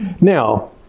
Now